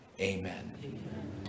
Amen